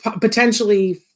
potentially